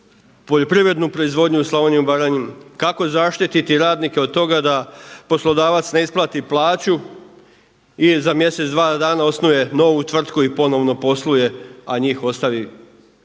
poljoprivrednu proizvodnju u Slavoniji i Baranji, kako zaštititi radnike od toga da poslodavac ne isplati plaću i za mjesec, dva dana osnuje novu tvrtku i ponovno posluje, a njih ostavi